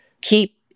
keep